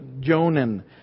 Jonan